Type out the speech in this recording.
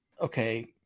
okay